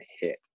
hit